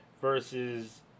versus